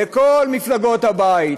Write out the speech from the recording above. לכל מפלגות הבית,